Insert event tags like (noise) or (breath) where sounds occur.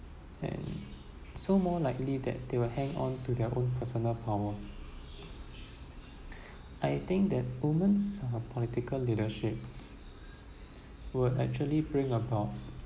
and so more likely that they will hang onto their own personal power (breath) I think that women's uh political leadership will actually bring about